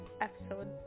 episode